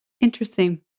interesting